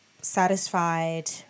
satisfied